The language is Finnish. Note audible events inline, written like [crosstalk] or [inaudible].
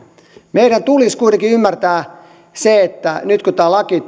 meidän tulisi kuitenkin ymmärtää se että nyt jos tämä laki [unintelligible]